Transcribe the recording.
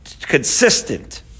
consistent